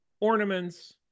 ornaments